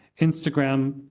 Instagram